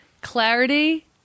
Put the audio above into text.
clarity